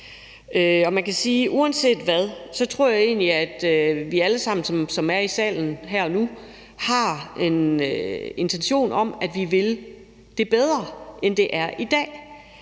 Man kan sige, at uanset hvad tror jeg egentlig, at alle vi, der er i salen her og nu, har en intention om, at vi vil det bedre, end det er i dag,